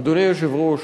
אדוני היושב-ראש,